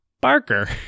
Barker